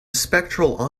spectral